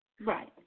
right